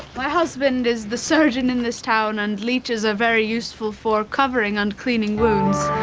my husband is the surgeon in this town and leeches are very useful for covering and cleaning wounds.